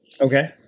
Okay